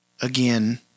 Again